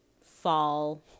fall